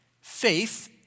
Faith